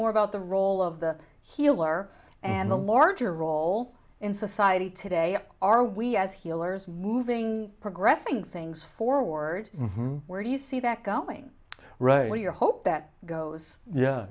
more about the role of the healer and the larger role in society today are we as healers moving progressing things forward where do you see that going right where your hope that goes yeah